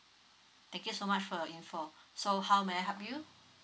thank you so much for your info so how may I help you